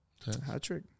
hat-trick